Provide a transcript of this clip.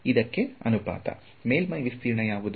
ಇದಕ್ಕೆ ಅನುಪಾತ ಮೇಲ್ಮೈ ವಿಸ್ತೀರ್ಣ ಯಾವುದು